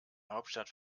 hauptstadt